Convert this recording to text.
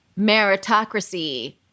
meritocracy